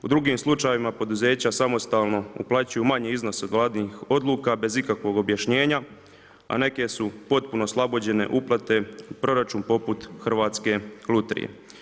U drugim slučajevima poduzeća samostalno uplaćuju manji iznos od Vladinih odluka bez ikakvog objašnjenja, a neke su potpuno oslobođene uplate u proračun poput Hrvatske lutrije.